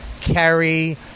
Kerry